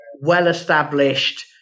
well-established